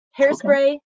Hairspray